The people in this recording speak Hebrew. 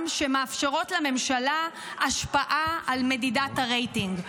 שמאפשרות לממשלה השפעה על מדידת הרייטינג.